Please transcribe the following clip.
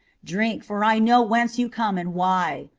drink, for i know whence you come and why.